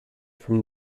from